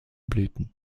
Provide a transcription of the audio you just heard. blüten